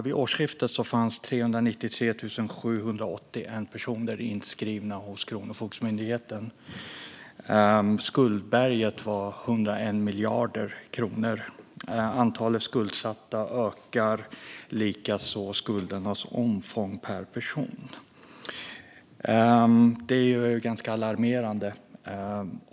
Vid årsskiftet fanns 393 781 personer inskrivna hos Kronofogdemyndigheten. Skuldberget var 101 miljarder kronor. Antalet skuldsatta ökar, likaså skuldernas omfång per person. Det är ganska alarmerande.